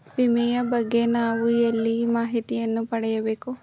ವಿಮೆಯ ಬಗ್ಗೆ ನಾವು ಎಲ್ಲಿ ಮಾಹಿತಿಯನ್ನು ಪಡೆಯಬೇಕು?